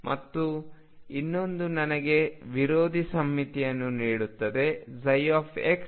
ಮತ್ತು ಇನ್ನೊಂದು ನನಗೆ ವಿರೋಧಿ ಸಮ್ಮಿತಿಯನ್ನು ನೀಡುತ್ತದೆ x ψ